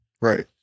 Right